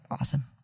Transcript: awesome